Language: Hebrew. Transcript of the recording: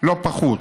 לא פחות.